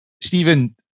Stephen